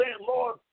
Lord